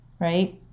right